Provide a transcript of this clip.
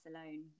alone